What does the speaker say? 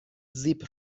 زیپ